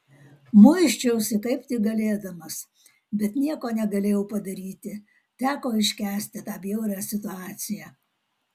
muisčiausi kaip tik galėdamas bet nieko negalėjau padaryti teko iškęsti tą bjaurią situaciją